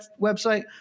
website